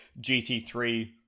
GT3